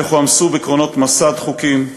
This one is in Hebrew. איך הועמסו בקרונות משא דחוקים,